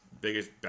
biggest